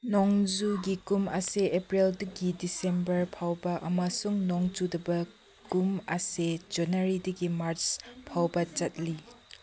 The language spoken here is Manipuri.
ꯅꯣꯡꯖꯨꯒꯤ ꯀꯨꯝ ꯑꯁꯦ ꯑꯦꯄ꯭ꯔꯤꯜꯗꯒꯤ ꯗꯤꯁꯦꯝꯕꯔ ꯐꯥꯎꯕ ꯑꯃꯁꯨꯡ ꯅꯣꯡ ꯆꯨꯗꯕ ꯀꯨꯝ ꯑꯁꯤ ꯖꯅꯋꯥꯔꯤꯗꯒꯤ ꯃꯥꯔꯁ ꯐꯥꯎꯕ ꯆꯠꯂꯤ